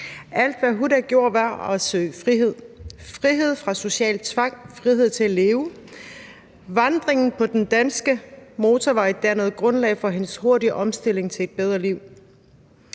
Alt, hvad Huda gjorde, var at søge frihed – frihed fra social tvang, frihed til at leve. Vandringen på den danske motorvej dannede grundlag for hendes hurtige omstilling til et bedre liv.